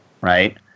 right